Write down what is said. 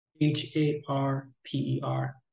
H-A-R-P-E-R